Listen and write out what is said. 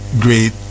great